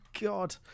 God